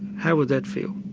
how would that feel?